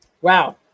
wow